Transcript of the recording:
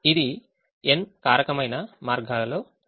ఇది n కారకమైన మార్గాల్లో చేయవచ్చు